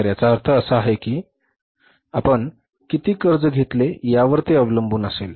तर याचा अर्थ असा आहे की आपण किती कर्ज घेतले यावर ते अवलंबून असेल